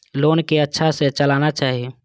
Loan के अच्छा से चलाना चाहि?